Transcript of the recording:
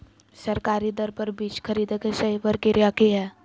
सरकारी दर पर बीज खरीदें के सही प्रक्रिया की हय?